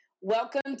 Welcome